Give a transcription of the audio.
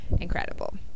incredible